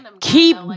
Keep